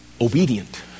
obedient